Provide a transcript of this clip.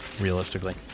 realistically